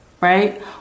Right